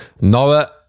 Noah